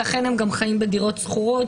ולכן הם גרים בדירות שכורות